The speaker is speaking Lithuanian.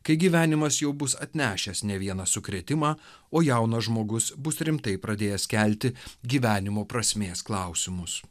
kai gyvenimas jau bus atnešęs ne vieną sukrėtimą o jaunas žmogus bus rimtai pradėjęs kelti gyvenimo prasmės klausimus